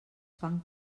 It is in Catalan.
fan